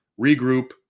Regroup